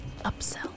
upsell